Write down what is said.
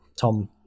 tom